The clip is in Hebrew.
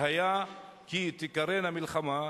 והיה כי תקראנה מלחמה,